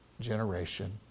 generation